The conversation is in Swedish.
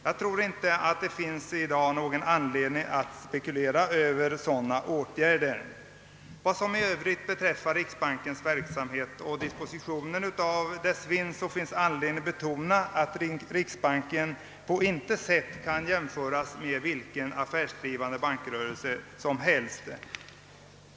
Jag tror inte det i dag finns anledning att spekulera över sådana åtgärder. Vad i övrigt beträffar riksbankens verksamhet och dispositionen av dess vinst finns det anledning att betona att riksbanken på intet sätt kan jämföras med vilken affärsdrivande bank som helst.